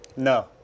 No